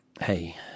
hey